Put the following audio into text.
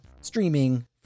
streaming